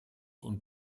und